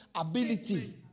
ability